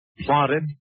plotted